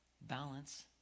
balance